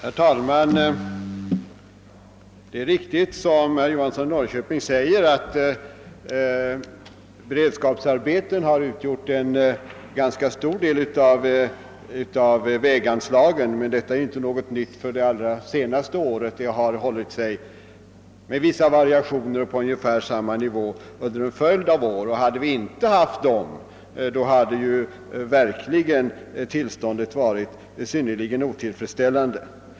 Herr talman! Det är riktigt som herr Johansson i Norrköping säger, att en ganska stor del av beredskapsarbetena har gått till vägarna, men detta är inte något nytt för de senaste åren. Beredskapsarbetena har med vissa variationer hållit sig på ungefär samma nivå under en följd av år. Hade vi inte haft dem, skulle tillståndet inom vägväsen det ha varit synnerligen otillfredsställande.